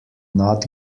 not